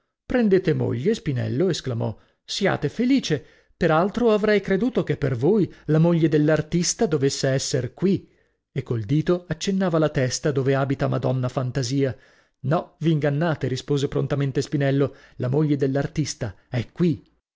prendete moglie spinello esclamò siate felice per altro avrei creduto che per voi la moglie dell'artista dovesse esser qui e col dito accennava la testa dove abita madonna fantasia no v'ingannate rispose prontamente spinello la moglie dell'artista è qui